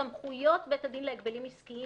סמכויות בית הדין להגבלים עסקיים